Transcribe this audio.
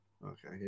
okay